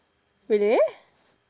really